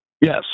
Yes